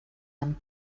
amb